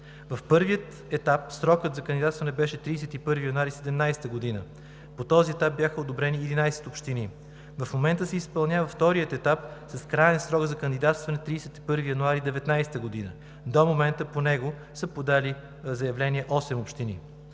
В първия етап срокът за кандидатстване беше 31 януари 2017 г. По този етап бяха одобрени 11 общини. В момента се изпълнява вторият етап с краен срок за кандидатстване 31 януари 2019 г. До момента по него са подали заявление 8 общини.